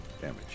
damage